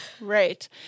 right